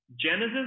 Genesis